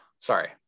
sorry